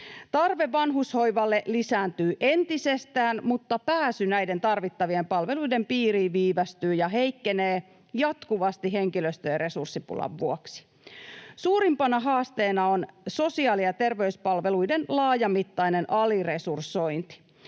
Tarve vanhushoivalle lisääntyy entisestään, mutta pääsy näiden tarvittavien palveluiden piiriin viivästyy ja heikkenee jatkuvasti henkilöstö- ja resurssipulan vuoksi. Suurimpana haasteena on sosiaali- ja terveyspalveluiden laajamittainen aliresursointi.